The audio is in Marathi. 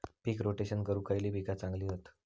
पीक रोटेशन करूक खयली पीका चांगली हत?